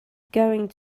going